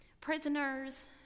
Prisoners